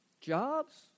jobs